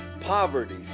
poverty